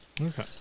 okay